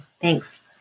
Thanks